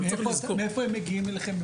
מאיפה הם מגיעים אליכם?